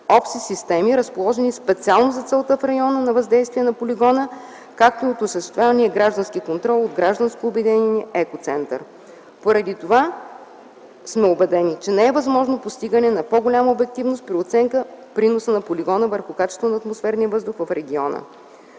общи системи, разположени специално за целта в района на въздействие на полигона, както и от осъществявания граждански контрол от гражданско обединение „Екоцентър”. Поради това сме убедени, че не е възможно постигане на по-голяма обективност при оценка приноса на полигона върху качеството на атмосферния въздух в региона.